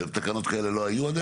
תקנות כאלה לא היו עד היום?